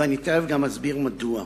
ואני תיכף גם אסביר מדוע.